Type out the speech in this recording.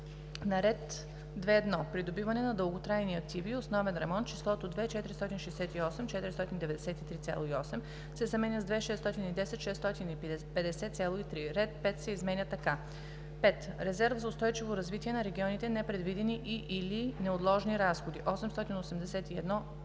на ред 2.1. Придобиване на дълготрайни активи и основен ремонт числото „2 468 493,8“ се заменя с „2 610 650,3“; - ред 5. се изменя така: „5. Резерв за устойчиво развитие на регионите, непредвидени и/или неотложни разходи 881